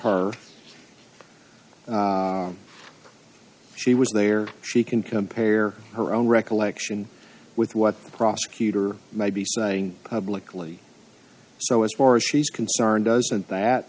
her she was there she can compare her own recollection with what the prosecutor might be citing publicly so as far as she's concerned doesn't that